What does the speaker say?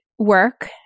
work